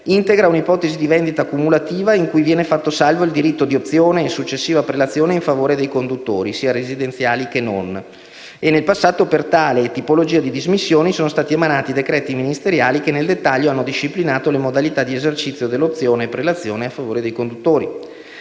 integra un'ipotesi di vendita cumulativa in cui viene fatto salvo il diritto di opzione e successiva prelazione in favore dei conduttori (residenziali e non). Nel passato, per tale tipologia di dismissioni sono stati emanati decreti ministeriali che nel dettaglio hanno disciplinato le modalità di esercizio dell'opzione e prelazione a favore dei conduttori.